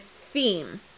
theme